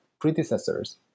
predecessors